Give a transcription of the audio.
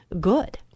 good